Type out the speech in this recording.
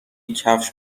کفش